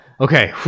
okay